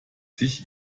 sich